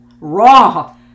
raw